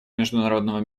международного